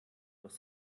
doch